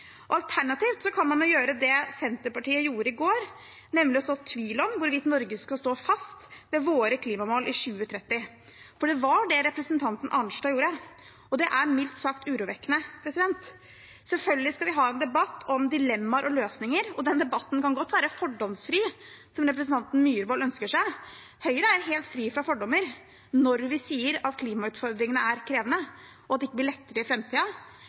Alternativt kan man gjøre det Senterpartiet gjorde i går, nemlig å så tvil om hvorvidt Norge skal stå fast ved våre klimamål i 2030, for det var det representanten Arnstad gjorde – og det er mildt sagt urovekkende. Selvfølgelig skal vi ha en debatt om dilemmaer og løsninger, og den debatten kan godt være fordomsfri, slik representanten Myhrvold ønsker seg. Høyre er helt fri for fordommer når vi sier at klimautfordringene er krevende, at det ikke blir lettere i